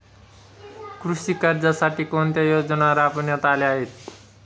कृषी कर्जासाठी कोणत्या योजना राबविण्यात आल्या आहेत?